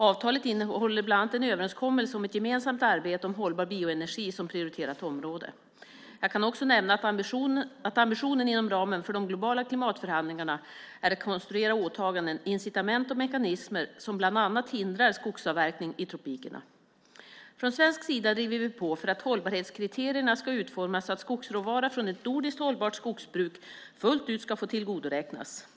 Avtalet innehåller bland annat en överenskommelse om ett gemensamt arbete om hållbar bioenergi som prioriterat område. Jag kan också nämna att ambition inom ramen för de globala klimatförhandlingarna är att konstruera åtaganden, incitament eller mekanismer som bland annat hindrar skogsavverkning i tropikerna. Från svensk sida driver vi på för att hållbarhetskriterierna ska utformas så att skogsråvara från ett nordiskt hållbart skogsbruk fullt ut ska få tillgodoräknas.